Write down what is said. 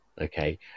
Okay